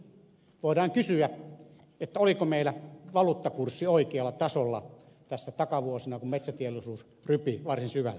voidaan kysyä oliko valuuttakurssi oikealla tasolla tässä takavuosina kun metsäteollisuus rypi varsin syvällä